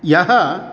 यः